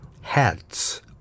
hats